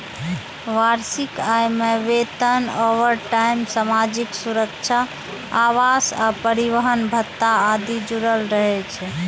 वार्षिक आय मे वेतन, ओवरटाइम, सामाजिक सुरक्षा, आवास आ परिवहन भत्ता आदि जुड़ल रहै छै